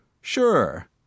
Sure